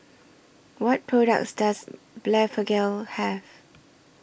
What products Does Blephagel Have